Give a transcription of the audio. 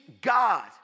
God